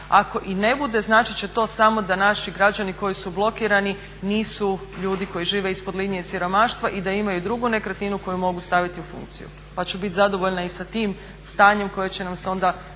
Ako i ne bude značiti će to samo da naši građani koji su blokirani nisu ljudi koji žive ispod linije siromaštva i da imaju drugu nekretninu koju mogu staviti u funkciju pa ću biti zadovoljna i sa tim stanjem koje će nam onda